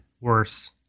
worse